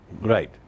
Right